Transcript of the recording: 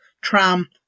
tram